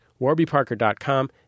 WarbyParker.com